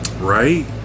Right